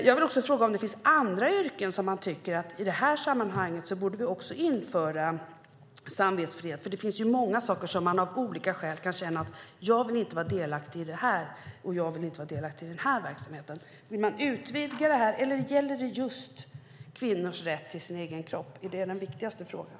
Jag vill också fråga om det finns andra yrken där ni tycker att vi borde införa samvetsfrihet, för det finns ju många sammanhang där man av olika skäl kan känna att man inte vill vara delaktig i den ena eller andra verksamheten. Vill ni utvidga det här eller gäller det just kvinnors rätt till sin egen kropp? Är det den viktigaste frågan?